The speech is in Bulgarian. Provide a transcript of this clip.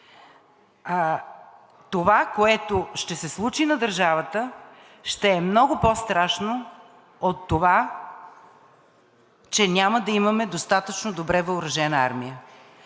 това, което ще се случи на държавата, ще е много по-страшно от това, че няма да имаме достатъчно добре въоръжена армия.